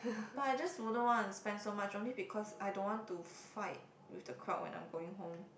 but I just wouldn't want to spend so much only because I don't want to fight with the crowd when I'm going home